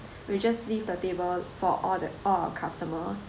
we just leave the table for all the all our customers